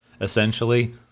essentially